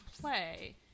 play